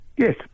Yes